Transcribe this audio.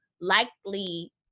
likely